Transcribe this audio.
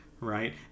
right